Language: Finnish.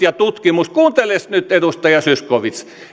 ja tutkimukseen kuunteles nyt edustaja zyskowicz